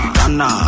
Ghana